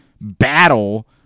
battle